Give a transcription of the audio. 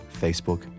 Facebook